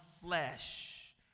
flesh